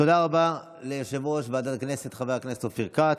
תודה רבה ליושב-ראש ועדת הכנסת חבר הכנסת אופיר כץ.